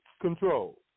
control